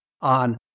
on